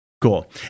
Cool